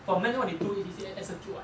four men what they do is execute [what]